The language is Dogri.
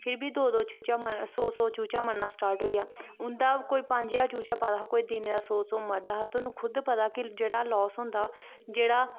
फिर बी दो दो चूचा मर सौ सौ चूचा मरना स्टार्ट होई गेआ उं'दा पंज ज्हार चूचा पाए दा हा कोई दिनै दा सौ सौ मरदा हा थुआनूं खुद पता ऐ कि जेह्ड़ा लास होंदा जेह्ड़ा